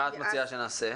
מה את מציעה שנעשה?